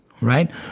right